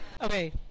Okay